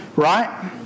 right